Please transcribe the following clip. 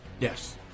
Yes